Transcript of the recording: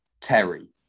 Terry